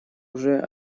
уже